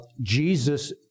Jesus